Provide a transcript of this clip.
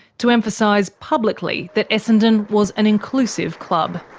to emphasise publicly that essendon was an inclusive club.